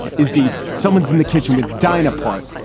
is the someone's in the kitchen with dinah part,